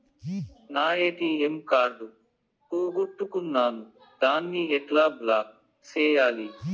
నా ATM card పోగొట్టుకున్నాను, దాన్ని ఎట్లా బ్లాక్ సేయాలి?